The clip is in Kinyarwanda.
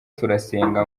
turasenga